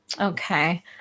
Okay